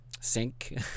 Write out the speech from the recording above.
Sync